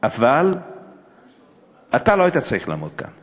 אבל אתה לא היית צריך לעמוד כאן.